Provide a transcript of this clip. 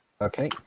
Okay